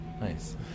Nice